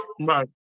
right